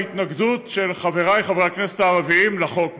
ההתנגדות של חברי חברי הכנסת הערבים לחוק ברורה: